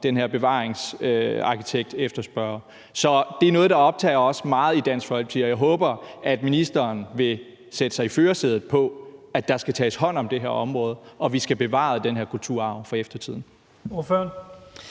den her bevaringsarkitekt efterspørger. Så det er noget, der optager os meget i Dansk Folkeparti, og jeg håber, at ministeren vil sætte sig i førersædet, i forhold til at der skal tages hånd om det her område, og at vi skal have bevaret den her kulturarv for eftertiden.